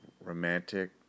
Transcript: romantic